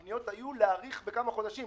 הפניות היו להאריך בכמה חודשים,